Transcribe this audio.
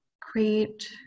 create